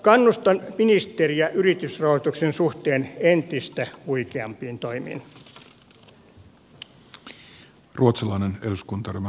kannustan ministeriä yritysrahoituksen suhteen entistä huikeampiin toimiin